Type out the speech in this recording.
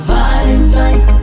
Valentine